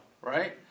right